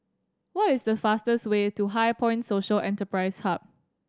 what is the fastest way to HighPoint Social Enterprise Hub